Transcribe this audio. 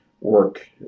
work